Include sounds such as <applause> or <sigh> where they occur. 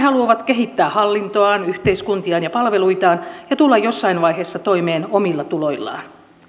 <unintelligible> haluavat kehittää hallintoaan yhteiskuntiaan ja palveluitaan ja tulla jossain vaiheessa toimeen omilla tuloillaan